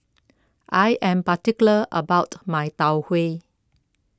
I am particular about my Tau Huay